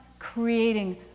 creating